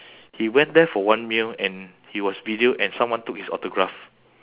he went there for one meal and he was videoed and someone took his autograph